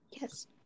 yes